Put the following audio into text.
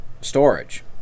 storage